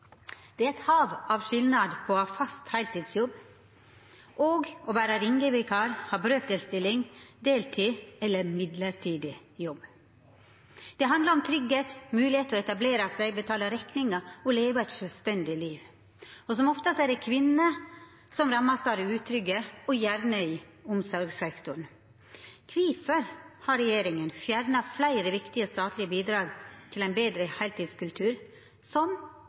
«Det er et hav av forskjell på å ha fast heltidsjobb og å være ringevikar, ha brøkstilling, deltid eller midlertidig jobb. Det handler om trygghet, mulighet til å etablere seg, betale regninger og å leve et selvstendig liv. Som oftest er det kvinner som rammes av det utrygge, og gjerne i omsorgssektoren. Hvorfor har regjeringen fjernet flere viktige statlige bidrag til en bedre heltidskultur, som